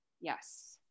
Yes